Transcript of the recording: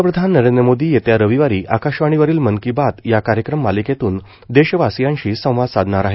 पंतप्रधान नरेंद्र मोदी येत्या रविवारी आकाशवाणीवरील मन की बात या कार्यक्रम मालिकेतून देशवासियांशी संवाद साधणार आहेत